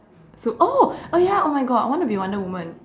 so oh oh ya oh my God I want to be wonder woman